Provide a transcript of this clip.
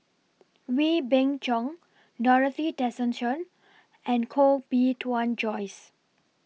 Wee Beng Chong Dorothy Tessensohn and Koh Bee Tuan Joyce